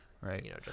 Right